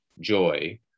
joy